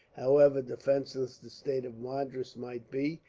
however defenceless the state of madras might be,